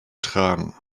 tragen